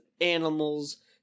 animals